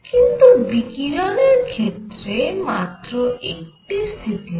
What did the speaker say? কিন্তু বিকিরণের ক্ষেত্রে মাত্র একটি স্থিতিমাপের প্রয়োজন